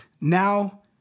now